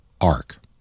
ark